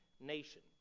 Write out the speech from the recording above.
nation